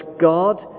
God